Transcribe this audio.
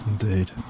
indeed